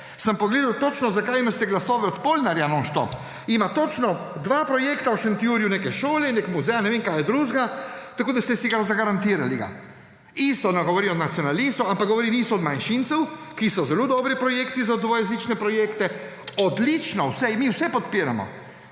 Sem pogledal točno, zakaj imate glasove od Polnarja non stop. Ima točno dva projekta v Šentjurju, neke šole in nek muzej, ne vem kaj je drugega, tako da ste si ga zagarantirali. Isto od nacionalistov, isto od manjšincev, ker so zelo dobri projekti za dvojezične projekte. Odlično. Mi vse podpiramo,